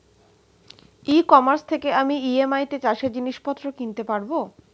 ই commerce থেকে আমি EMI তে চাষে জিনিসপত্র কিনতে পারব?